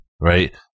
Right